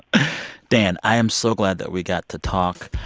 dan, i am so glad that we got to talk.